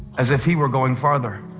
as if he were going farther.